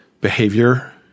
behavior